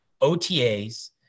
OTAs